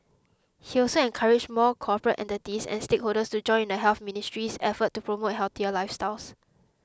he also encouraged more corporate entities and stakeholders to join in the Health Ministry's efforts to promote healthier lifestyles